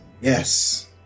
yes